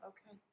Okay